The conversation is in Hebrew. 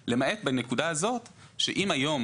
הוא מציע שאת כל התהליך הזה יעשו בחוץ לארץ.